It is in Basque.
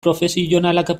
profesionalak